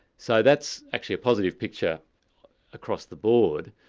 so that's actually a positive picture across the board,